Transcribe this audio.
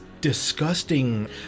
disgusting